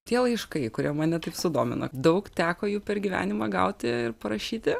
tie laiškai kurie mane taip sudomino daug teko jų per gyvenimą gauti ir parašyti